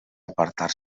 apartar